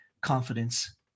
confidence